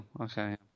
okay